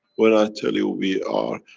when i tell you we are,